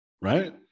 right